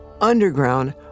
underground